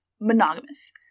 monogamous